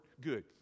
good